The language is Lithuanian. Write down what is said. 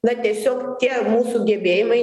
na tiesiog tie mūsų gebėjimai